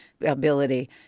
ability